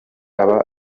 aba